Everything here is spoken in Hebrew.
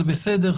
זה בסדר,